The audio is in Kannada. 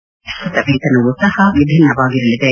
ಈಗ ಪರಿಷ್ನತ ವೇತನವೂ ಸಹ ವಿಭಿನ್ನವಾಗಿರಲಿದೆ